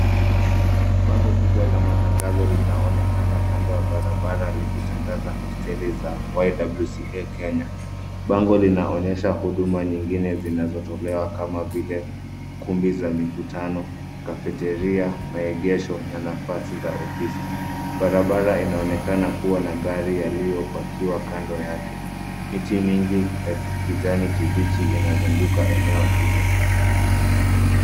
Bango kubwa la matangazo linaonekana kando ya barabara likitangaza hosteli za YWCA Kenya. Bango linaonyesha huduma zingine zinazotolewa kama vile kumbi za mikutano, kafeteria, maegesho na nafasi za ofisi. Barabara inaonekana kuwa na gari yaliyopakiwa kando yake. Miti mingi ya kijani kibichi inazunguka eneo hilo.